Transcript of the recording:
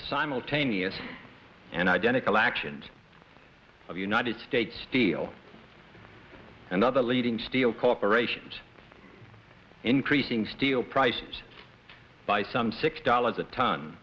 simultaneous and identical actions of united states steel and other leading steel corporations increasing steel prices by some six dollars a ton